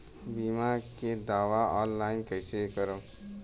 बीमा के दावा ऑनलाइन कैसे करेम?